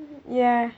ya